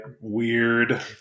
Weird